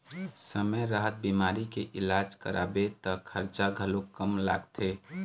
समे रहत बिमारी के इलाज कराबे त खरचा घलोक कम लागथे